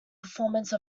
performance